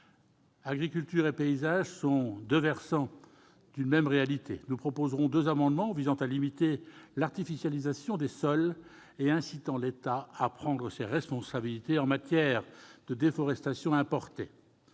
Agriculture et paysage sont deux versants d'une même réalité. Nous proposerons deux amendements visant à limiter l'artificialisation des sols et incitant l'État à prendre ses responsabilités en matière de déforestation importée.